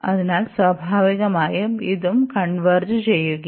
അതിനാൽ സ്വാഭാവികമായും ഇതും കൺവെർജ് ചെയ്യുo